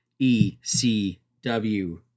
ECW